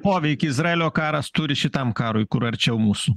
poveikį izraelio karas turi šitam karui kur arčiau mūsų